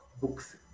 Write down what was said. books